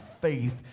faith